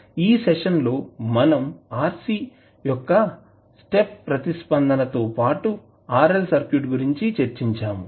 ఈ సెషన్లో మనం RCయొక్క స్టెప్ ప్రతిస్పందన తో పాటు RL సర్క్యూట్ గురించి చర్చించాము